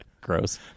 Gross